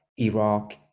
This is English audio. Iraq